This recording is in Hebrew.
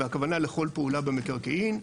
והכוונה לכל פעולה במקרקעין,